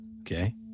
okay